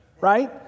right